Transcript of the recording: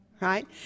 Right